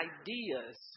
ideas